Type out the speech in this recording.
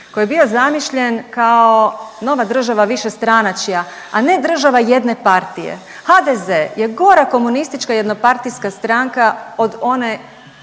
koji je bio zamišljen kao nova država višestranačja, a ne država jedne partije. HDZ je gora komunistička jednopartijska stranka od one